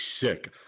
sick